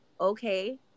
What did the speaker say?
okay